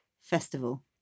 Festival